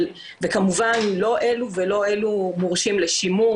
כמובן לא אלה ולא אלה מורשים לשימוש,